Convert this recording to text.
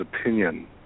opinion